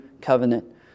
covenant